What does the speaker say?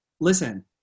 listen